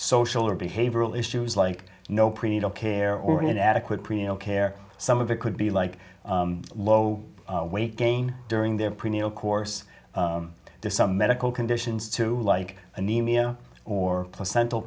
social or behavioral issues like no prenatal care or an adequate prenatal care some of it could be like low weight gain during their prenatal course to some medical conditions to like anemia or placental